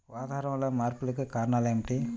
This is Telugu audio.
వాతావరణంలో మార్పులకు కారణాలు ఏమిటి?